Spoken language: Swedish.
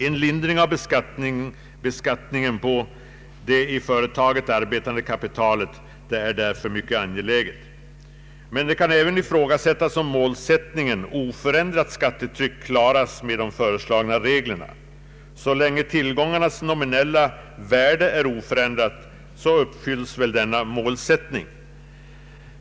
En lindring av beskattningen på det i företaget arbetande kapitalet är därför mycket angelägen. Men det kan även ifrågasättas om målsättningen med ett oförändrat skattetryck kan klaras med de föreslagna reglerna. Så länge tillgångarnas nominella värde är oförändrat uppfylls väl denna målsättning.